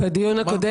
ואת ועדות המכרזים.